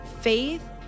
Faith